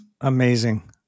Amazing